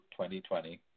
2020